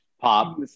Pop